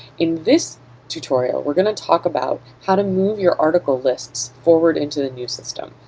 in this tutorial, we're going to talk about how to move your article lists forward into the new system.